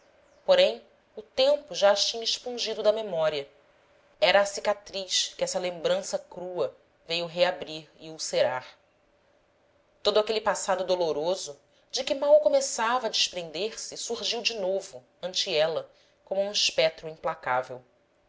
porém o tempo já as tinha expungido da memória eram a cicatriz que essa lembrança crua veio reabrir e ulcerar todo aquele passado doloroso de que mal começava a desprender-se surgiu de novo ante ela como um espetro implacável